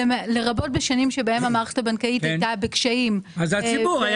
לרבות בשנים שבהן המערכת הבנקאית הייתה בקשיים ובהפסדים -- הציבור,